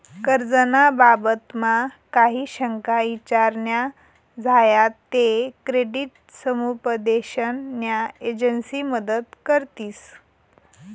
कर्ज ना बाबतमा काही शंका ईचार न्या झायात ते क्रेडिट समुपदेशन न्या एजंसी मदत करतीस